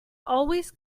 always